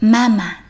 Mama